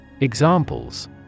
Examples